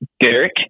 Derek